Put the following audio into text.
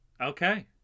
Okay